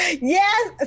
Yes